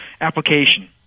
application